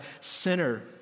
sinner